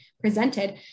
presented